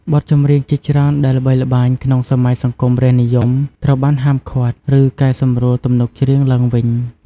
បទចម្រៀងជាច្រើនដែលល្បីល្បាញក្នុងសម័យសង្គមរាស្ត្រនិយម ត្រូវបាន ហាមឃាត់ ឬ កែសម្រួលទំនុកច្រៀង ឡើងវិញ។